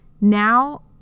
Now